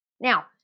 Now